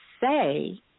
say